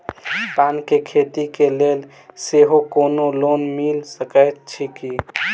पान केँ खेती केँ लेल सेहो कोनो लोन मिल सकै छी की?